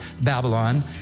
Babylon